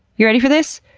you ready for this?